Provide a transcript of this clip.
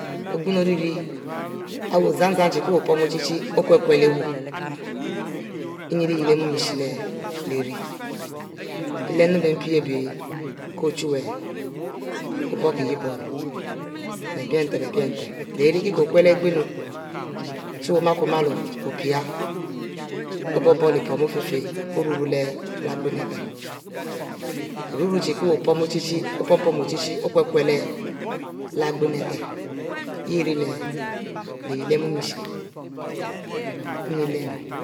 Ogonu ori ari wu zan-zan chie ako pom ochie chic okiele awu nine leh lyieh ari muaishe ire lermu bie mpi ari bie ko ochuwue obukie yeh boro leh bic nten leh bic nten ari ko ma opic bubic leh pom ofie oriue-rue chie ko pom ochie-opom ochic-chie okule-kule leh leh igonu ari ihieh yah leh yele mua ghic nnie